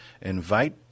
invite